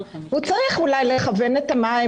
הוא צריך אולי לכוון את המים,